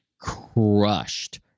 crushed